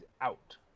out